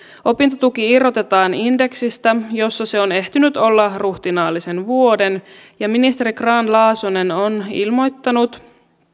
opintotuki irrotetaan indeksistä jossa se on ehtinyt olla ruhtinaallisen vuoden ja ministeri grahn laasonen on ilmoittanut